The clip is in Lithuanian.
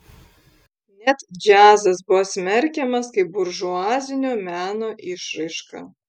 net džiazas buvo smerkiamas kaip buržuazinio meno išraiška